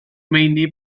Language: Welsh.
meini